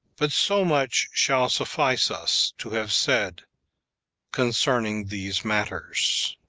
but so much shall suffice us to have said concerning these matters.